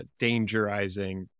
dangerizing